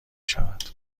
شود